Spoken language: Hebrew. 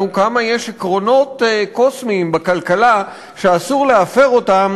כמה עקרונות קוסמיים בכלכלה שאסור להפר אותם,